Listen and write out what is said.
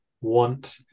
want